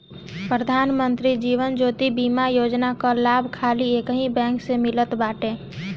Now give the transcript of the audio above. प्रधान मंत्री जीवन ज्योति बीमा योजना कअ लाभ खाली एकही बैंक से मिलत बाटे